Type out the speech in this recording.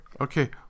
Okay